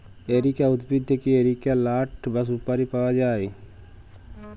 areca উদ্ভিদ থেক্যে areca লাট বা সুপারি পায়া যায়